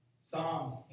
Psalm